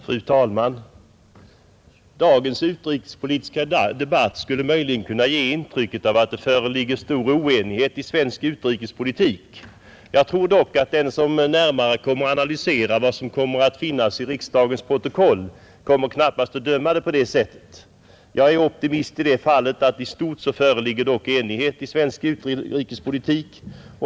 Fru talman! Dagens utrikespolitiska debatt skulle möjligen kunna ge intrycket att det föreligger stor oenighet om svensk utrikespolitik. Jag tror dock att den som närmare kommer att analysera innehållet i « protokollet från debatten knappast kommer att bedöma saken på det sättet. Jag är optimist i så måtto att jag anser att det i stort föreligger enighet i svensk utrikespolitik.